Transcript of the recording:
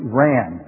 ran